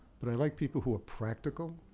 but i like people who are practical,